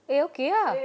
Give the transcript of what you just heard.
eh okay ah